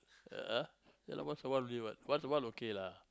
uh ya lah once awhile only what once awhile okay lah